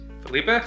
Felipe